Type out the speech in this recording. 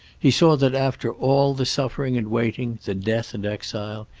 he saw that after all the suffering and waiting, the death and exile,